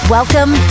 Welcome